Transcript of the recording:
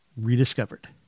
rediscovered